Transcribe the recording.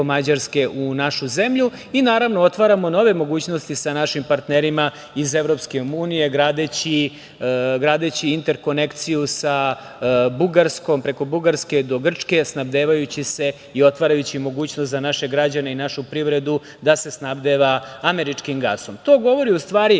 Mađarske u našu zemlju i, naravno, otvaramo nove mogućnosti sa našim partnerima iz EU gradeći interkonekciju sa Bugarskom, preko Bugarske do Grčke, snabdevajući se i otvarajući mogućnost za naše građane i našu privredu da se snabdeva američkim gasom. To govori u stvari